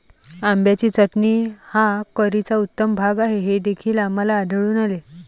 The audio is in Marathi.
आंब्याची चटणी हा करीचा उत्तम भाग आहे हे देखील आम्हाला आढळून आले